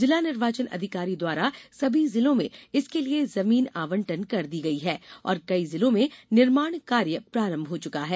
जिला निर्वाचन अधिकारी द्वारा सभी जिलों में इसके लिये जमीन आवंटन कर दिया गया है और कई जिलों में निर्माण कार्य प्रारम्भ हो चुका है